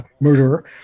murderer